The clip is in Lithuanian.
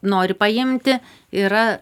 nori paimti yra